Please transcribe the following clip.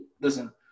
Listen